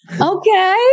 okay